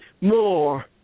more